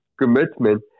commitment